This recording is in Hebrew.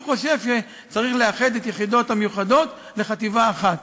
הוא חושב שצריך לאחד את היחידות המיוחדות לחטיבה אחת.